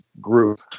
group